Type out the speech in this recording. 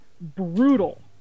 brutal